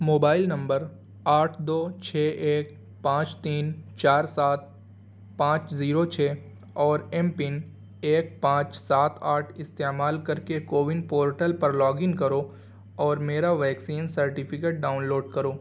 mobile نمبر آٹھ دو چھ ایک پانچ تین چار سات پانچ زیرو چھ اور ایم پن ایک پانچ سات آٹھ استعمال کر کے کوون پورٹل پر لاگ ان کرو اور میرا ویکسین سرٹیفکیٹ ڈاؤن لوڈ کرو